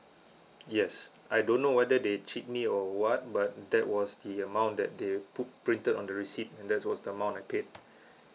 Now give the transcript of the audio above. yes I don't know whether they cheat me or what but that was the amount that they put printed on the receipt and that's was the amount I paid